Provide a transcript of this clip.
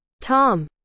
Tom